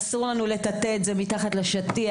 אסור לנו לטאטא את זה מתחת לשטיח,